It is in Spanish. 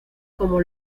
como